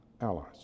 allies